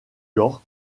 york